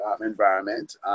environment